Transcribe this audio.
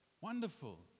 Wonderful